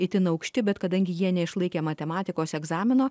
itin aukšti bet kadangi jie neišlaikė matematikos egzamino